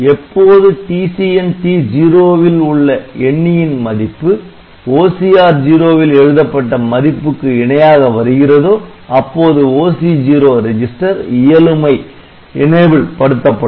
எப்போது TCNT0 வில் உள்ள எண்ணியின் மதிப்பு OCR0 வில் எழுதப்பட்ட மதிப்புக்கு இணையாக வருகிறதோ அப்போது OC0 ரெஜிஸ்டர் இயலுமை படுத்தப்படும்